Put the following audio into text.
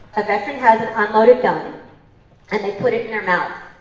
a veteran has an unloaded gun and they put it in their mouth.